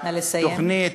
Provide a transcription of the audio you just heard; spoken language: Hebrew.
תוכנית,